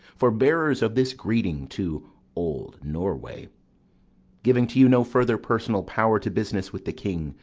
for bearers of this greeting to old norway giving to you no further personal power to business with the king,